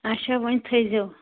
آچھا وۄنۍ تھٲے زیو